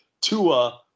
Tua